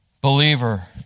Believer